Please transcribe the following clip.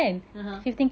(uh huh)